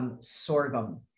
sorghum